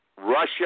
Russia